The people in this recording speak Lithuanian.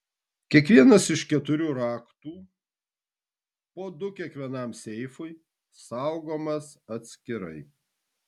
kiekvienas iš keturių raktų po du kiekvienam seifui saugomas atskirai